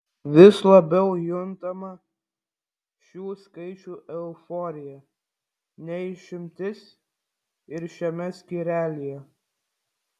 vis labiau juntama šių skaičių euforija ne išimtis ir šiame skyrelyje